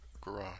garage